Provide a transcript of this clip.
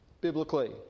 biblically